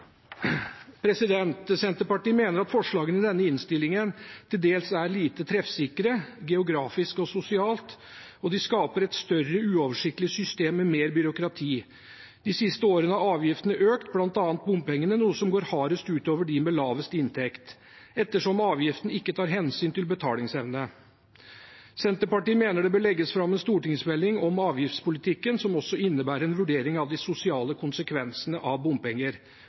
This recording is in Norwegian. Senterpartiet mener at forslagene i denne innstillingen til dels er lite treffsikre geografisk og sosialt, og de skaper et større og uoversiktlig system med mer byråkrati. De siste årene har avgiftene økt, bl.a. bompengene, noe som går hardest ut over dem med lavest inntekt, ettersom avgiften ikke tar hensyn til betalingsevne. Senterpartiet mener det bør legges fram en stortingsmelding om avgiftspolitikken, som også innebærer en vurdering av de sosiale konsekvensene av bompenger,